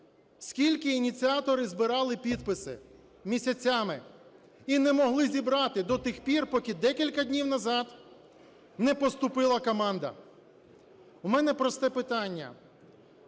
Скільки ініціатори збирали підписи – місяцями. І не могли зібрати до тих пір, поки декілька днів назад не поступила команда. У мене просте питання: